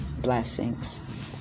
Blessings